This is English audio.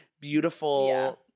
beautiful